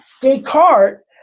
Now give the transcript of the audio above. Descartes